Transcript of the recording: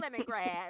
lemongrass